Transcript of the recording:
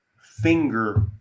finger